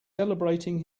celebrating